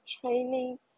training